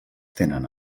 tenen